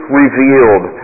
revealed